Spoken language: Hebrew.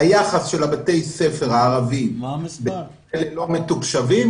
היחס של בתי הספר הערבים הלא מתוקשבים